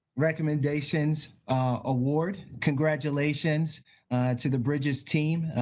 recommendation award. congratulations to the bridges team.